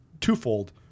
twofold